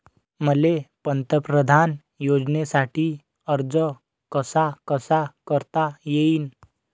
मले पंतप्रधान योजनेसाठी अर्ज कसा कसा करता येईन?